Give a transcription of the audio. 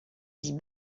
dits